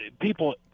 People